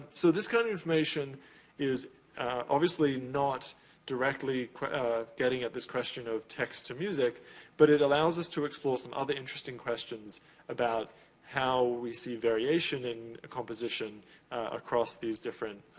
so, this kind of information is obviously not directly getting at this question of text-to-music, but it allows us to explore some other interesting questions about how we see variation in composition across these different